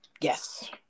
Yes